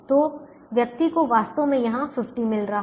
तो व्यक्ति को वास्तव में यहां 50 मिल रहा है